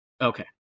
Okay